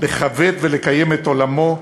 לכבד ולקיים את עולמו,